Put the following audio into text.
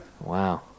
Wow